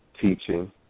teaching